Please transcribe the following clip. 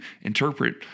interpret